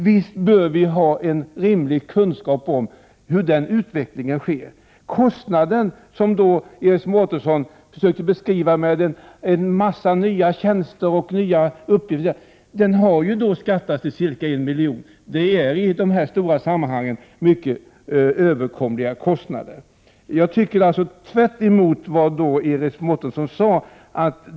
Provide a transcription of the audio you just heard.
Visst bör vi ha en rimlig kunskap om hur den utvecklingen sker. Iris Mårtensson försökte beskriva kostnaden för en massa nya tjänster. Den har uppskattats till ca 1 miljon. Det är i dessa stora sammanhang en mycket överkomlig kostnad. Jag tycker alltså att Iris Mårtenssons påstående är tveksamt.